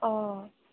অঁ